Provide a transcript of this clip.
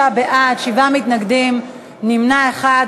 25 בעד, שבעה מתנגדים, נמנע אחד.